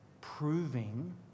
Proving